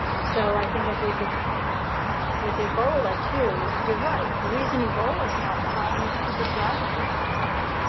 so i think if we could with ebola too you're right. the reason ebola is not a problem is people die too fast.